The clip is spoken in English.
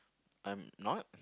I'm not